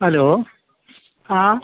hello ആ